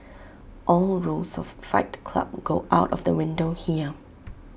all rules of fight club go out of the window here